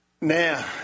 now